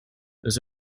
los